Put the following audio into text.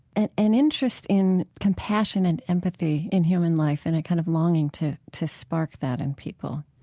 and an interest in compassion and empathy in human life and a kind of longing to to spark that in people?